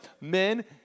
men